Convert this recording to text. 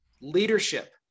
leadership